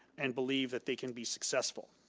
and believe that they can be successful.